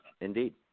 Indeed